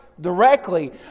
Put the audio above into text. directly